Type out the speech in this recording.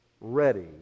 ready